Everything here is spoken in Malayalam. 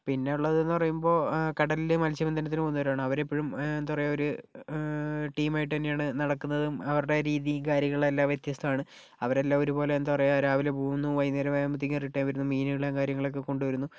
പിന്നെ ഉള്ളത് എന്ന് പറയുമ്പോൾ കടലിൽ മത്സ്യ ബന്ധനത്തിന് പോകുന്നവരാണ് അവർ എപ്പോഴും എന്താ പറയുക ഒരു ടീം ആയിട്ട് തന്നെ ആണ് നടക്കുന്നതും അവരുടെ രീതിയും കാര്യങ്ങളും എല്ലാം വ്യത്യസ്ഥമാണ് അവരെല്ലാം ഒരുപോലെ എന്താ പറയുക രാവിലെ പോകുന്നു വൈകുന്നേരം ആകുമ്പോഴത്തേക്കും റിട്ടേൺ വരുന്നു മീനെല്ലാം കാര്യങ്ങളെല്ലാം കൊണ്ട് വരുന്നു